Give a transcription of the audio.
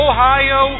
Ohio